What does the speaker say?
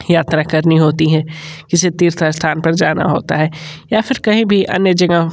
यात्रा करनी होती है किसी तीर्थ स्थान पर जाना होता है या फिर कहीं भी अन्य जगह